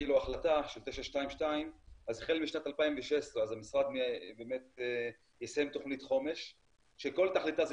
החלטה 922 אז החל משנת 2016 המשרד יישם תוכנית חומש שכל תכליתה זה